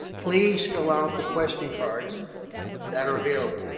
please fill out the question cards that are available.